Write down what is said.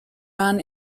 run